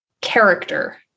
character